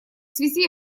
связи